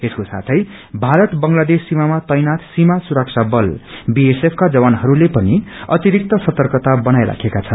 यसको साथै भारत बंगलादेश सीमामा तैनागि सीमा सुरक्षा क्लका जवानहरूले पनि अतिरिक्त सतकता बनाईराखेका छन्